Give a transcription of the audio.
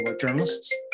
Journalists